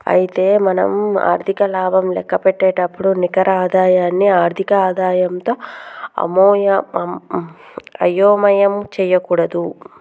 అయితే మనం ఆర్థిక లాభం లెక్కపెట్టేటప్పుడు నికర ఆదాయాన్ని ఆర్థిక ఆదాయంతో అయోమయం చేయకూడదు